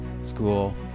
school